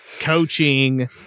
coaching